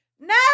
No